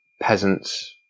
peasants